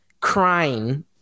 crying